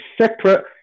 separate